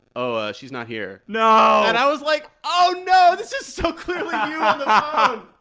oh, ah she's not here no and i was like, oh, no. this is so clearly ah and